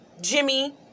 Jimmy